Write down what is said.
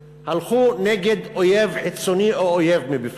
הלכו נגד אויב חיצוני או אויב מבפנים.